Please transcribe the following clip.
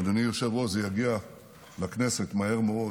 אדוני היושב-ראש, זה יגיע לכנסת מהר מאוד,